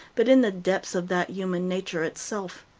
but in the depths of that human nature itself.